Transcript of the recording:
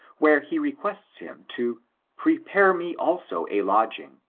where he requests him to prepare me also a lodging.